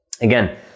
again